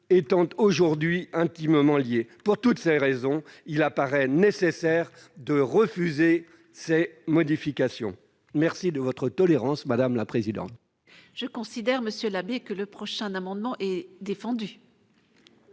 étant aujourd'hui intimement liés. Pour toutes ces raisons, il apparaît nécessaire de refuser ces modifications. Merci de votre tolérance, madame la présidente ! Je considère, monsieur Labbé, que votre prochain amendement a été défendu.